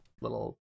little